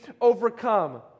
overcome